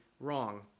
wrong